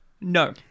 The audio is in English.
No